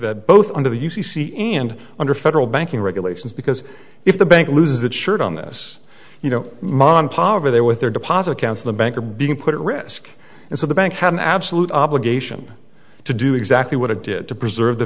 that both under the u c c and under federal banking regulations because if the bank loses that shirt on this you know mon power there with their deposit accounts the bank are being put at risk and so the bank had an absolute obligation to do exactly what it did to preserve the